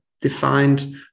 defined